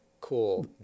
cool